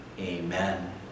Amen